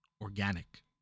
organic